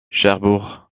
cherbourg